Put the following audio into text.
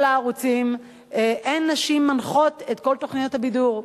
הערוצים אין נשים שמנחות את תוכניות הבידור.